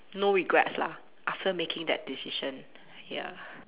no regrets lah after making that decision ya